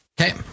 Okay